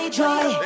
joy